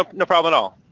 like no problem at all.